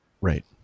Right